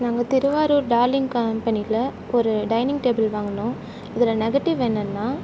நாங்கள் திருவாரூர் டார்லிங் கம்பெனியில் ஒரு டைனிங் டேபிள் வாங்குனோம் இதில் நெகட்டிவ் என்னென்னா